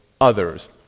others